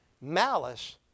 malice